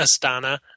Astana